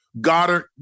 Goddard